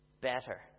better